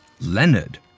Leonard